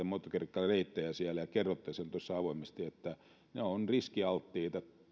moottorikelkkareittejä siellä ja kerroitte sen tuossa avoimesti että ne ovat riskialttiita